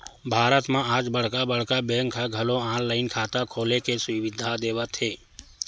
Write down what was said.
भारत म आज बड़का बड़का बेंक ह घलो ऑनलाईन खाता खोले के सुबिधा देवत हे